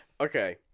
Okay